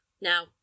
Now